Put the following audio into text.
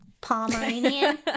Pomeranian